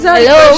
Hello